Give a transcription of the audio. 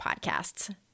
podcasts